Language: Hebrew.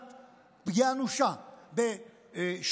אנושה בשומרי הסף,